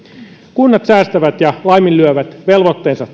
kunnat säästävät ja laiminlyövät velvoitteensa